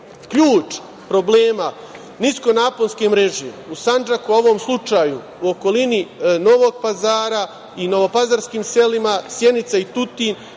problema niskonaponske mreže u Sandžaku, u ovom slučaju u okolini Novog Pazara i novopazarskim selima Sjenica i Tutin